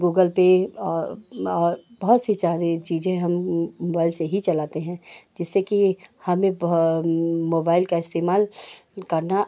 Google Pay और और बहुत सी सारी चीज़ें हम मोबाइल से ही चलाते हैं जिससे कि हमें मोबाइल का इस्तेमाल करना